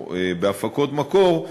או בהפקות מקור,